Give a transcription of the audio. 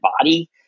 body